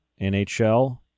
NHL